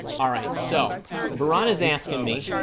ah right so varane is asking me